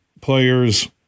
players